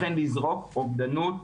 לכן לזרוק אובדנות,